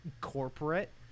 corporate